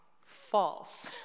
false